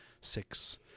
six